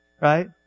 Right